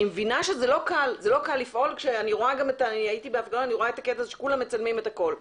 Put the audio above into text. אני רואה שכולם מצלמים הכול הייתי בהפגנות.